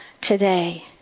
today